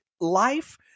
life